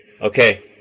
okay